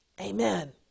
Amen